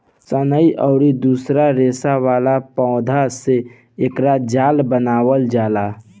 सनई अउरी दूसरी रेसा वाला पौधा से एकर जाल बनावल जाला